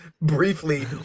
briefly